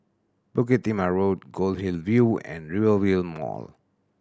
Bukit Timah Road Goldhill View and Rivervale Mall